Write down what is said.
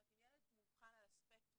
אם ילד מאובחן על הספקטרום